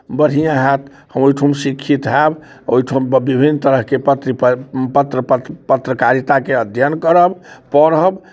बढ़िआँ हैत हम ओहिठुन शिक्षित हैब ओहिठुन विभिन्न तरहके पत्र पत्र पत्रकारिताके अध्ययन करब पढ़ब